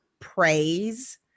praise